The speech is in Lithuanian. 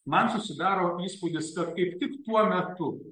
man susidaro įspūdis kad kaip tik tuo metu